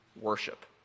worship